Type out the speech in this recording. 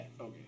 Okay